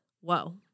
Whoa